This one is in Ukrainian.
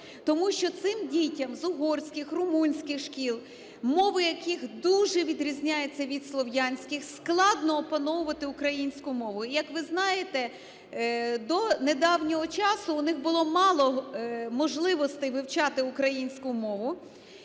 Тому що цим дітям з угорських, румунських шкіл, мови яких дуже відрізняються від слов'янських, складно опановувати українську мову. Як ви знаєте, до недавнього часу в них було мало можливостей вивчати українську мову,